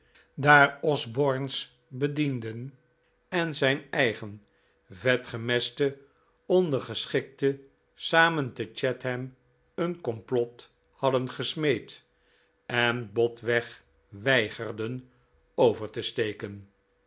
daar osbosne's bediende en zijn eigen vetgemeste ondergeschikte samen te chatham een complot hadden gesmeed en botweg weigerden over te steken